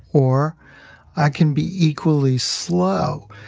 or i can be equally slow,